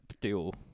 deal